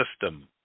system